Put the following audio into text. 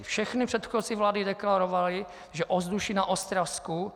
Všechny předchozí vlády deklarovaly, že ovzduší na Ostravsku